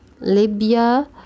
Libya